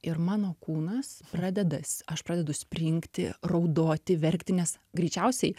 ir mano kūnas pradeda s aš pradedu springti raudoti verkti nes greičiausiai